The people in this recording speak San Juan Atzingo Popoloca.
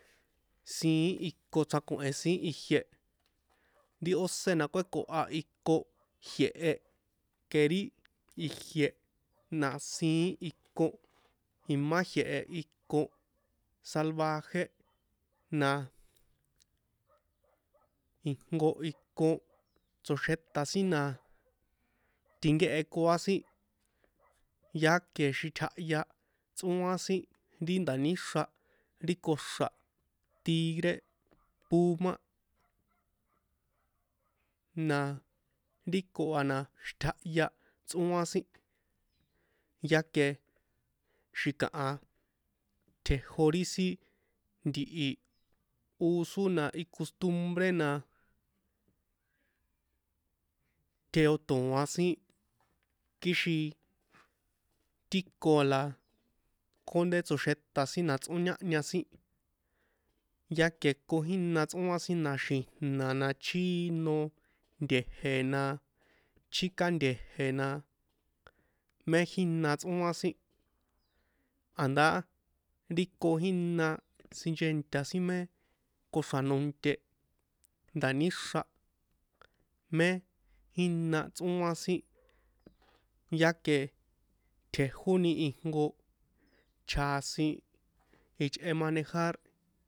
Siín iko chráko̱hen sin ijie ri ósé na kuékoha iko jie̱he̱ ke ri ijie na siín iko imá jie̱he̱ ikon sajvaje na ijnko ikon tsoxéta sin na tinkekuá sin yaque xitjahya tsꞌóan ri nda̱níxra ri koxra̱ tigre puma na ri iko a na xitjahya tsꞌóan sin ya que xi̱kaha tjejó ri sin ntihi usó na kostumbre na tjeotoa̱n sin kixin tiko la kjónde tsoxeta sin na tsꞌóñahña sin ya que ko jína tsꞌoan sin na xi̱jna̱ na chíno nte̱je̱ na chíka nte̱je̱ na mé jína tsꞌóan sin a̱ndá riko jína sinchenta sin mé koxra̱nonte ndáníxra mé jína tsꞌóan sin ya que tjejóni ijnko chjasin ichꞌe manejar